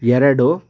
ಎರಡು